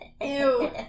Ew